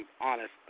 honest